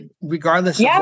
Regardless